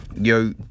Yo